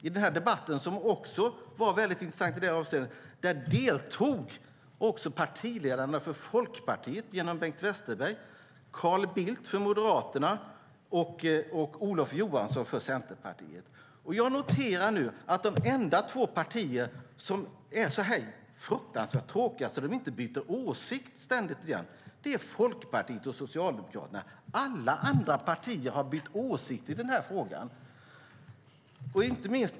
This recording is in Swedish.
I debatten, som också var väldigt intressant i det avseendet, deltog också partiledarna Bengt Westerberg för Folkpartiet, Carl Bildt för Moderaterna och Olof Johansson för Centerpartiet. Jag noterar nu att de enda två partier som är så fruktansvärt tråkiga att de inte byter åsikt ständigt och jämt är Folkpartiet och Socialdemokraterna. Alla andra partier har bytt åsikt i den här frågan.